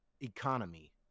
economy